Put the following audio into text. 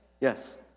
Yes